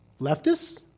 Leftists